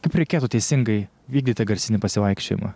kaip reikėtų teisingai vykdyti garsinį pasivaikščiojimą